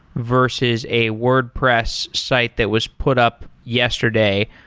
versus a wordpress site that was put up yesterday.